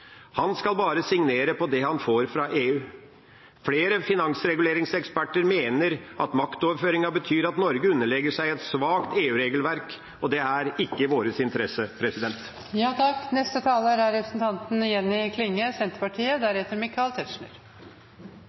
Han skal bare signere på det han får fra EU. Flere finansreguleringseksperter mener at maktoverføringen betyr at Norge underlegger seg et svakt EU-regelverk, og det er ikke i vår interesse.